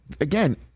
again